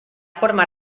forma